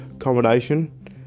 accommodation